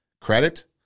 credit